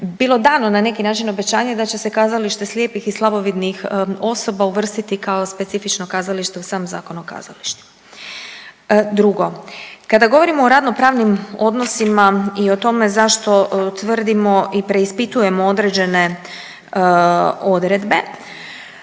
bilo dano na neki način obećanje da će Kazalište slijepih i slabovidnih osoba uvrstiti kao specifično kazalište u sam Zakon o kazalištu. Drugo, kada govorimo o radno pravnim odnosima i o tome zašto tvrdimo i preispitujemo određene odredbe